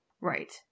Right